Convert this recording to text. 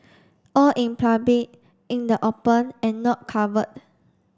all in public in the open and not covered